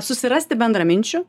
susirasti bendraminčių